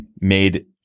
made